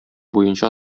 буенча